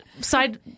side –